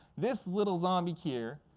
this little zombie here,